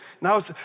Now